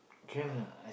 can lah